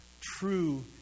true